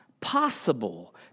possible